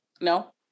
No